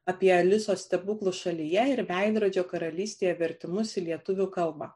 apie alisos stebuklų šalyje ir veidrodžio karalystėje vertimus į lietuvių kalbą